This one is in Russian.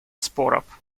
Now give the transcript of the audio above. споров